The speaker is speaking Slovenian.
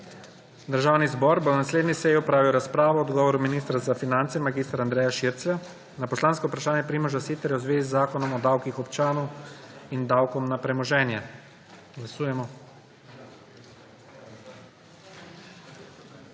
Državni zbor bo na naslednji seji opravil razpravo o odgovoru ministra za finance mag. Andreja Širclja na poslansko vprašanje Primoža Siterja v zvezi z Zakonom o davkih občanov in davkom na premoženje. Glasujemo.